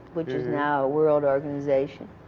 which is now a world organization.